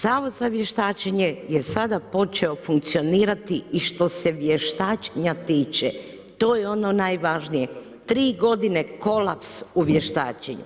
Zavod za vještačenje je sada počeo funkcionirati i što se vještačenja tiče, to je ono najvažnije, 3 g. kolaps u vještačenju.